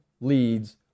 leads